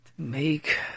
Make